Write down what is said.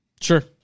Sure